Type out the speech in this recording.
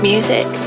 Music